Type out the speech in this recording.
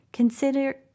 Consider